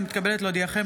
אני מתכבדת להודיעכם,